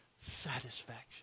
satisfaction